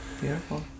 Beautiful